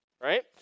right